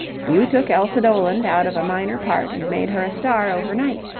you took elsa doland out of a minor part and made her a star overnight.